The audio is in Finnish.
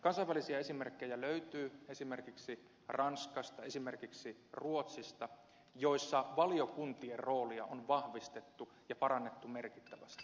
kansainvälisiä esimerkkejä löytyy esimerkiksi ranskasta esimerkiksi ruotsista joissa valiokuntien roolia on vahvistettu ja parannettu merkittävästi